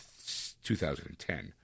2010